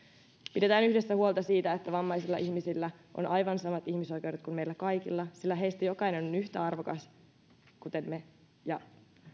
pidetään yhdessä huolta siitä että vammaisilla ihmisillä on aivan samat ihmisoikeudet kuin meillä kaikilla sillä heistä jokainen on yhtä arvokas kuin me